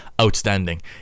outstanding